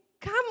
come